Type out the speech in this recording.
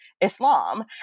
Islam